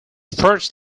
first